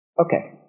Okay